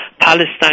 Palestine